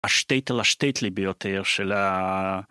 השטייטל השטייטלי ביותר של ה...